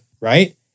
Right